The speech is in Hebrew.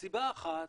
סיבה אחת,